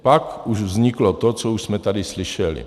Pak už vzniklo to, co už jsme tady slyšeli.